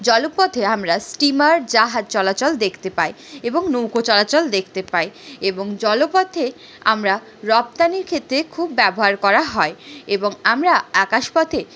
জলপথে আমরা স্টীমার জাহাজ চলাচল দেখতে পাই এবং নৌকো চলাচল দেখতে পাই এবং জলপথে আমরা রপ্তানির ক্ষেত্রে খুব ব্যবহার করা হয় এবং আমরা আকাশ পথে